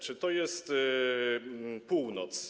Czy to jest Północ?